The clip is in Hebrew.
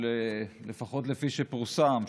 לפחות כפי שפורסם,